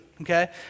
okay